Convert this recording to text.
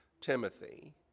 Timothy